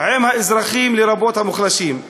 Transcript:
עם האזרחים, לרבות המוחלשים.